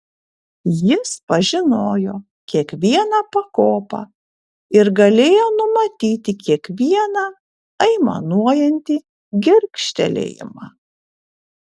jis pažinojo kiekvieną pakopą ir galėjo numatyti kiekvieną aimanuojantį girgžtelėjimą